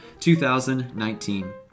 2019